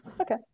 okay